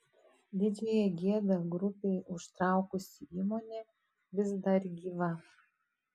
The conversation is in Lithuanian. didžiąją gėdą grupei užtraukusi įmonė vis dar gyva